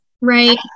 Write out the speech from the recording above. right